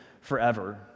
forever